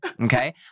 Okay